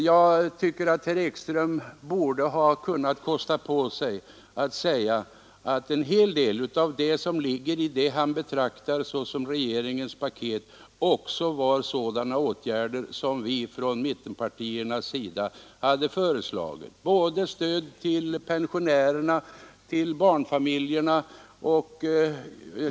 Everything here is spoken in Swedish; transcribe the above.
Jag tycker att herr Ekström borde ha kunnat kosta på sig att säga, att en hel del av det som ligger i det han betraktar såsom regeringens paket var sådana åtgärder som också vi från mittenpartierna föreslagit — både stödet till pensionärerna och stödet till barnfamiljerna.